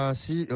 si